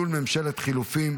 15,